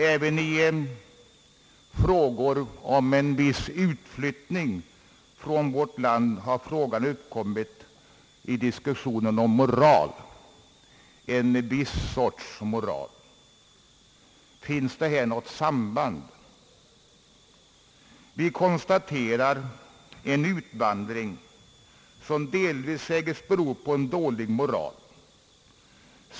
Även i debatten om en viss utflyttning från vårt land har frågan om moral tagits upp — en viss sorts moral. Finns det något samband här? Vi konstaterar en utvandring, som delvis sägs bero på dålig moral.